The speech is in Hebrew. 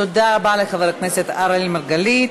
תודה רבה לחבר הכנסת אראל מרגלית.